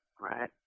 right